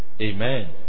Amen